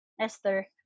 Esther